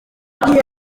gihe